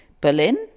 Berlin